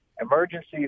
emergency